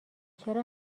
چرا